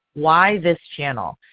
why this channel?